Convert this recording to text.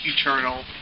eternal